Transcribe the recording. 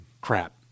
crap